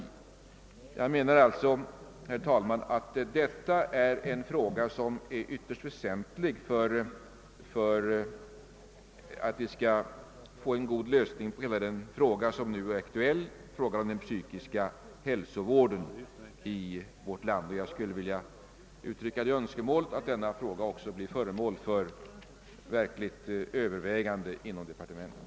Jag anser, herr talman, att detta är en ytterst väsentlig fråga när vi skall söka nå en god lösning av det problemkomplex som nu är aktuellt, nämligen den psykiska hälsovården i vårt land. Jag uttrycker önskemålet att denna fråga blir föremål för verkligt övervägande inom departementet.